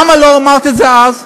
למה לא אמרתְ את זה אז?